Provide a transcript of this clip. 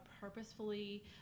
purposefully